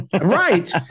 Right